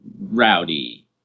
Rowdy